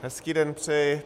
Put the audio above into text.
Hezký den přeji.